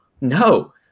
No